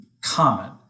common